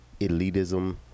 elitism